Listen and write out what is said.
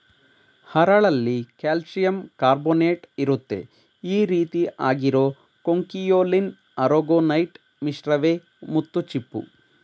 ಹರಳಲ್ಲಿ ಕಾಲ್ಶಿಯಂಕಾರ್ಬೊನೇಟ್ಇರುತ್ತೆ ಈರೀತಿ ಆಗಿರೋ ಕೊಂಕಿಯೊಲಿನ್ ಆರೊಗೊನೈಟ್ ಮಿಶ್ರವೇ ಮುತ್ತುಚಿಪ್ಪು